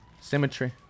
symmetry